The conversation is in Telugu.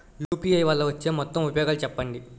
యు.పి.ఐ వల్ల వచ్చే మొత్తం ఉపయోగాలు చెప్పండి?